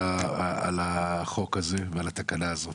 על החוק הזה ועל התקנה הזאת.